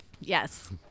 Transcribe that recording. yes